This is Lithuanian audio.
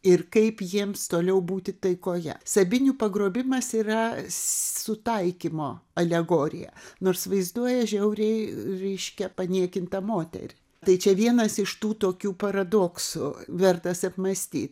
ir kaip jiems toliau būti taikoje sabinių pagrobimas yra sutaikymo alegorija nors vaizduoja žiauriai reiškia paniekintą moterį tai čia vienas iš tų tokių paradoksų vertas apmąstyt